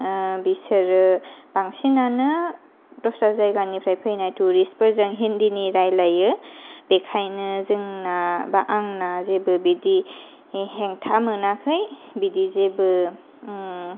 बिसोरो बांसिनानो दस्रा जायगानिफ्राय फैनाय टरिस्टफोरजों हिन्दिनि रायलायो बेखायनो जोंना बा आंना जेबो बिदि हेंथा मोनाखै बिदि जेबो